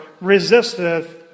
resisteth